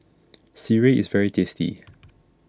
Sireh is very tasty